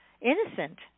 innocent